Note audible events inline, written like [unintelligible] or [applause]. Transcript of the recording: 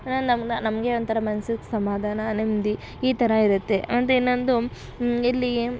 [unintelligible] ನಮ್ಮನ್ನ ನಮಗೆ ಒಂಥರ ಮನ್ಸಿಗೆ ಸಮಾಧಾನ ನೆಮ್ಮದಿ ಈ ಥರ ಇರುತ್ತೆ ಮತ್ತು ಇನ್ನೊಂದು ಇಲ್ಲಿ